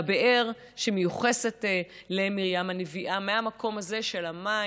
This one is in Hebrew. והבאר מיוחסת למרים הנביאה מהמקום הזה של המים,